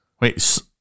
Wait